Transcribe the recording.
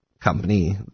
company